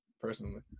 personally